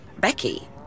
Becky